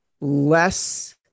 less